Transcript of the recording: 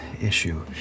issue